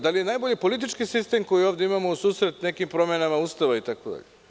Da li je najbolji politički sistem koji ovde imamo u susret nekim promenama Ustava itd.